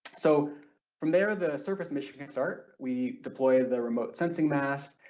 so from there the surface mission can start, we deploy the remote sensing mast,